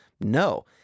No